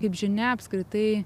kaip žinia apskritai